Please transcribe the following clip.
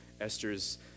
Esther's